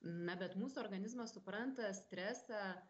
na bet mūsų organizmas supranta stresą